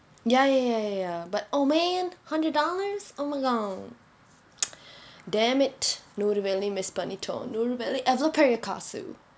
ya ya ya but oh man hundred dollars oh my god dammit நூறு வெள்ளி:nooru velli miss பண்ணிட்டோம் நூறு வெள்ளி எவ்வளவு பெரிய காசு:pannitom nooru velli evvalvu periya kaasu